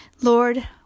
Lord